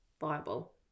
viable